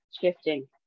shifting